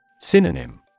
Synonym